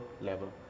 level